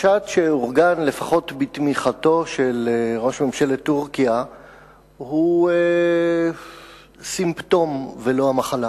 המשט שאורגן לפחות בתמיכתו של ראש ממשלת טורקיה הוא סימפטום ולא המחלה,